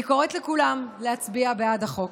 אני קוראת לכולם להצביע בעד החוק.